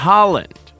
Holland